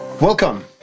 Welcome